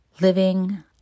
living